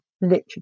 literature